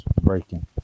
breaking